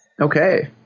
Okay